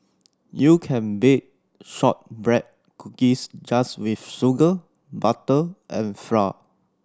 you can bake shortbread cookies just with sugar butter and flour